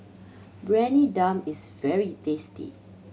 Briyani Dum is very tasty